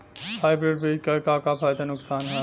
Hybrid बीज क का फायदा नुकसान ह?